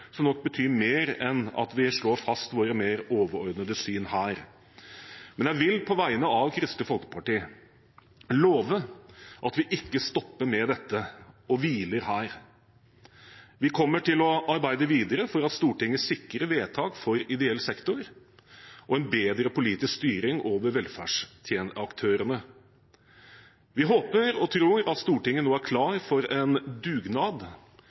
nok betyr mer enn at vi her slår fast våre mer overordnede syn. Men jeg vil på vegne av Kristelig Folkeparti love at vi ikke stopper med dette og hviler her. Vi kommer til å arbeide videre for at Stortinget sikrer vedtak for ideell sektor og en bedre politisk styring over velferdsaktørene. Vi håper og tror at Stortinget nå er klar for en dugnad